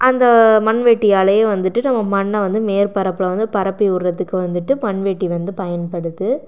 அந்த மண்வெட்டியாலயே வந்துட்டு நம்ம மண்ணை வந்து மேற்பரப்புள்ள வந்து பரப்பி விடுறதுக்கு வந்துட்டு மண்வெட்டி வந்து பயன்படுது